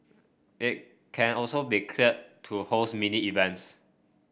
it can also be cleared to host mini events